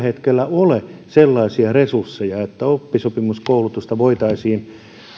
hetkellä ole sellaisia resursseja että oppisopimuskoulutusta voitaisiin